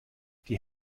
die